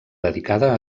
dedicada